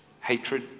hatred